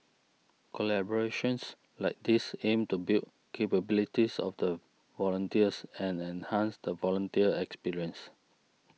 collaborations like these aim to build capabilities of the volunteers and enhance the volunteer experience